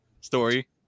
story